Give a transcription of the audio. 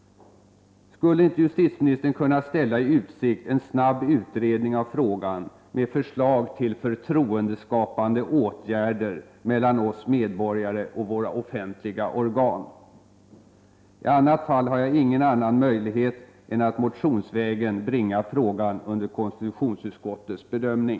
Skulle inte justitieministern kunna ställa i utsikt en snabb utredning av frågan med förslag till förtroendeskapande åtgärder mellan oss medborgare och våra offentliga organ? I annat fall har jag ingen annan möjlighet än att motionsvägen bringa frågan under konstitutionsutskottets bedömning.